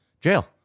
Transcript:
jail